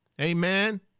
amen